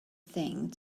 thing